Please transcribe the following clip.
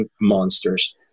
monsters